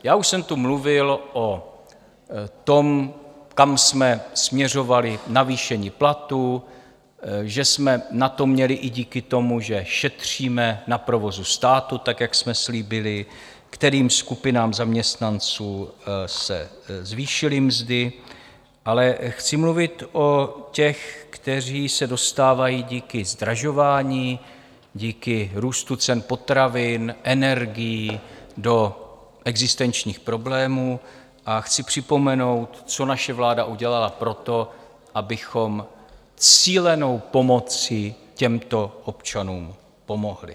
Já už jsem tu mluvil o tom, kam jsme směřovali navýšení platů, že jsme na to měli i díky tomu, že šetříme na provozu státu, tak jak jsme slíbili, kterým skupinám zaměstnanců se zvýšily mzdy, ale chci mluvit o těch, kteří se dostávají díky zdražování, díky růstu cen potravin, energií do existenčních problémů, a chci připomenout, co naše vláda udělala pro to, abychom cílenou pomocí těmto občanům pomohli.